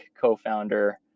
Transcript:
co-founder